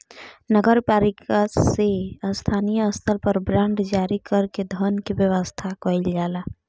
नगर पालिका से स्थानीय स्तर पर बांड जारी कर के धन के व्यवस्था कईल जाला